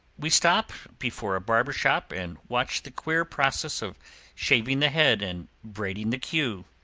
we stop before a barber shop and watch the queer process of shaving the head and braiding the queue.